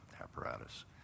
apparatus